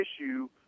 issue